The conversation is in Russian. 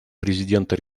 президента